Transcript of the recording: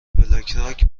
بلکراک